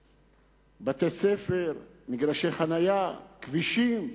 בתי-ספר, מגרשי חנייה, כבישים,